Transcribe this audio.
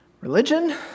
Religion